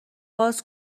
باز